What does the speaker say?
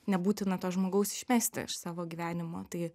nebūtina to žmogaus išmesti iš savo gyvenimo tai